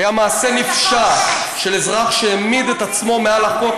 היה מעשה נפשע של אזרח שהעמיד את עצמו מעל החוק,